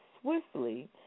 swiftly